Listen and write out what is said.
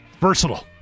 Versatile